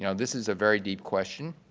you know this is a very deep question.